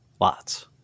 lots